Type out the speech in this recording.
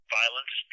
violence